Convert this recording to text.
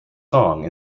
song